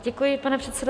Děkuji, pane předsedo.